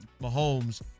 Mahomes